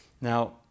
Now